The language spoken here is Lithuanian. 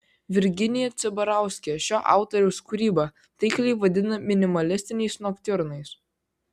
virginija cibarauskė šio autoriaus kūrybą taikliai vadina minimalistiniais noktiurnais